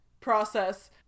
process